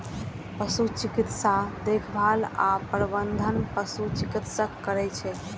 पशु चिकित्सा देखभाल आ प्रबंधन पशु चिकित्सक करै छै